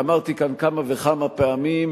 אמרתי כאן כמה וכמה פעמים: